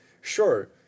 sure